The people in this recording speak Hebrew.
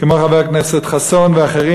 כמו חבר הכנסת חסון ואחרים,